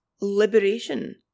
liberation